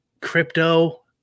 crypto